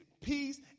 peace